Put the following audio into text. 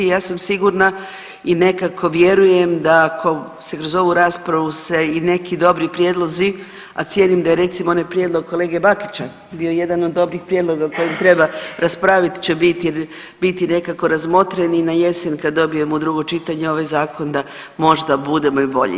Ja sam sigurna i nekako vjerujem da ako se kroz ovu raspravu se i neki dobri prijedlozi, a cijenim da je recimo onaj prijedlog kolege Bakića bio jedan od dobrih prijedloga o kojem treba raspravit će biti nekako razmotren i na jesen kad dobijemo drugo čitanje ovaj zakon da možda budemo i bolji.